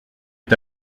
est